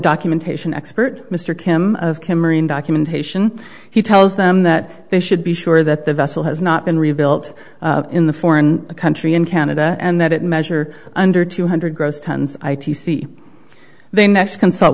documentation expert mr kim of cameroon documentation he tells them that they should be sure that the vessel has not been rebuilt in the foreign country in canada and that it measure under two hundred gross tons i t c they next consult